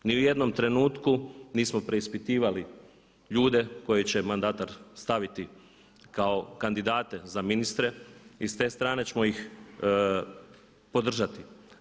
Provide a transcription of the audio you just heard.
Ni u jednom trenutku nismo preispitivali ljude koje će mandatar staviti kao kandidate za ministre i s te strane ćemo ih podržati.